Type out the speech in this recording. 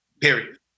Period